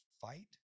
fight